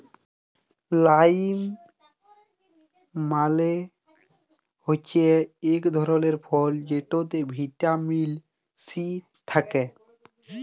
lime মালে হচ্যে ইক ধরলের ফল যেটতে ভিটামিল সি থ্যাকে